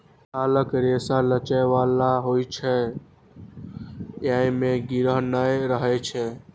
छालक रेशा लचै बला होइ छै, अय मे गिरह नै रहै छै